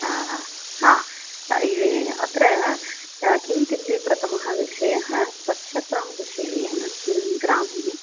हा अत्र किमित्युक्ते प्रथमः विषयः स्वच्छतां विषये अस्मिन् ग्रामे